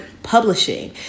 Publishing